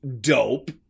dope